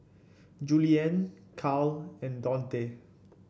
Juliann Kyle and Dontae